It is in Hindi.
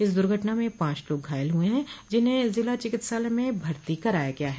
इस दुर्घटना में पांच लोग घायल हुए है जिन्हें जिला चिकित्सालय में भर्ती कराया गया है